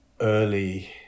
early